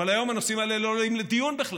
אבל היום הנושאים האלה לא עולים לדיון בכלל,